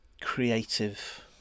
creative